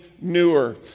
newer